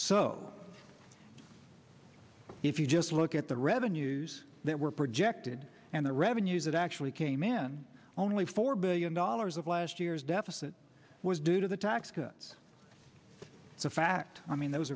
so if you just look at the revenues that were projected and the revenues that actually came in only four billion dollars of last year's deficit was due to the tax cuts the fact i mean th